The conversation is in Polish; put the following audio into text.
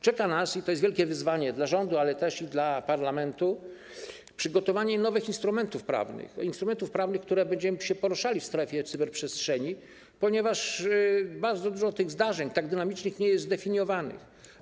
Czeka nas, i to jest wielkie wyzwanie dla rządu, ale też dla parlamentu, przygotowanie nowych instrumentów prawnych, tj. instrumentów prawnych, jeśli chodzi o które, będziemy się poruszali w strefie cyberprzestrzeni, ponieważ bardzo dużo zdarzeń - tak dynamicznych - nie jest zdefiniowanych.